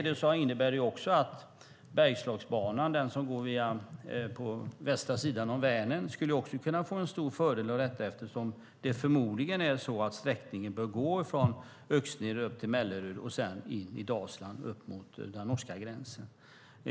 Detta innebär att Bergslagsbanan, som går på västra sidan om Vänern, skulle få en stor fördel eftersom sträckningen förmodligen bör gå från Öxnered upp till Mellerud och sedan in i Dalsland upp mot den norska gränsen.